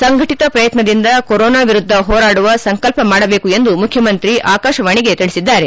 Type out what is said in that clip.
ಸಂಘಟಿತ ಪ್ರಯತ್ನದಿಂದ ಕೊರೊನಾ ವಿರುದ್ಧ ಹೋರಾಡುವ ಸಂಕಲ್ಪ ಮಾಡಬೇಕು ಎಂದು ಮುಖ್ಯಮಂತ್ರಿ ಆಕಾಶವಾಣಿಗೆ ತಿಳಿಸಿದ್ದಾರೆ